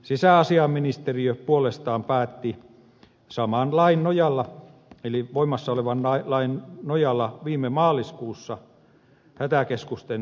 sisäasiainministeriö puolestaan päätti saman lain nojalla eli voimassa olevan lain nojalla viime maaliskuussa hätäkeskusten sijaintipaikkakunnista